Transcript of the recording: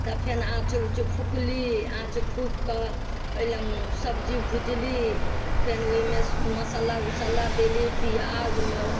तब फेन आँचे उँच फूकली आँच फूँक कऽ पहिले सब्जी उब्जी भूजली फेन ओहिमे मसल्ला उसल्ला देली पियाजमे